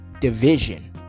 Division